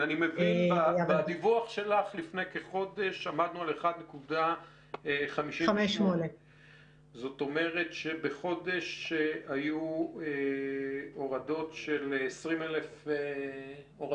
אני מבין שבדיווח שלך מלפני כחודש עמדנו על 1.58. זאת אומרת שבחודש היו הורדות של 20 אלף בלבד.